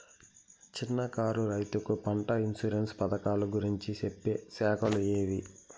చిన్న కారు రైతుకు పంట ఇన్సూరెన్సు పథకాలు గురించి చెప్పే శాఖలు ఏవి?